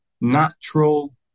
natural